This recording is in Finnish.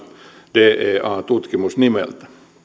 dea tutkimus nimellä